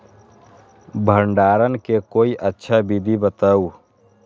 भंडारण के कोई अच्छा विधि बताउ?